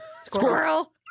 Squirrel